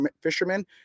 fishermen